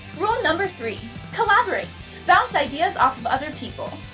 rule number three collaborate bounce ideas off of other people.